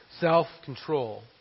self-control